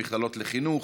במכללות לחינוך,